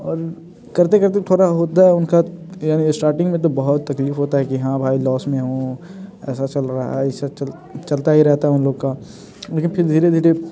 और करते करते थोड़ा होता है उनका यानी स्टार्टिंग में तो बहुत तकलीफ होता है कि हाँ भाई लॉस में हूँ ऐसा चल रहा है इसे चलता ही रहता है उन लोग का लेकिन फिर धीरे धीरे